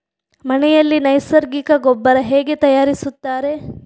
ಮನೆಯಲ್ಲಿ ನೈಸರ್ಗಿಕ ಗೊಬ್ಬರ ಹೇಗೆ ತಯಾರಿಸುತ್ತಾರೆ?